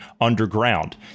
underground